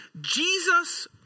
Jesus